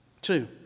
Two